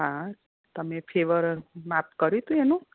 હા તમે ફેવર માપ કર્યું તુ એનું